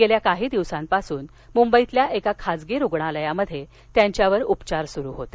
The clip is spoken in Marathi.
गेल्या काही दिवसांपासून मुंबईतल्या एका खासगी रुग्णालयात त्यांच्यावर उपचार सुरू होते